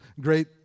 great